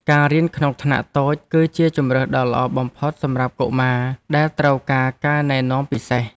ការរៀនក្នុងថ្នាក់តូចគឺជាជម្រើសដ៏ល្អបំផុតសម្រាប់កុមារដែលត្រូវការការណែនាំពិសេស។